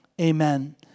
Amen